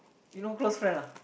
you no close friend ah